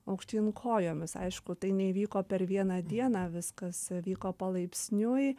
aukštyn kojomis aišku tai neįvyko per vieną dieną viskas vyko palaipsniui